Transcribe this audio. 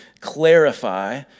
clarify